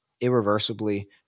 irreversibly